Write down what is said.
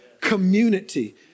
Community